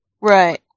right